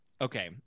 okay